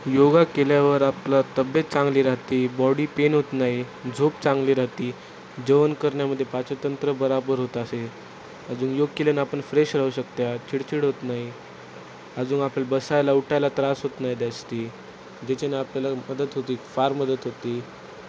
योगा केल्यावर आपला तब्येत चांगली राहते बॉडी पेन होत नाही झोप चांगली राहते जेवण करण्यामध्ये पाचतंत्र बरोबर होतं असे अजून योग केल्यानं आपण फ्रेश राहू शकतो आहे चिडचिड होत नाही अजून आपल्याला बसायला उठायला त्रास होत नाही जास्ती ज्याच्याने आपल्याला मदत होते फार मदत होते